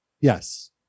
Yes